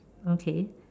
okay